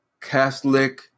Catholic